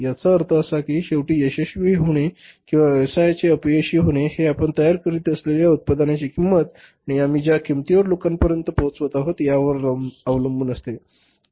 याचा अर्थ असा की शेवटी यशस्वी होणे किंवा व्यवसायाचे अपयशी होणे हे आपण तयार करीत असलेल्या उत्पादनाची किंमत आणि आम्ही ज्या किंमतीवर लोकांपर्यंत पोहोचत आहोत यावर अवलंबून असते